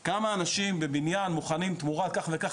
תחשוב כמה אנשים בבניין מוכנים תמורת כך וכך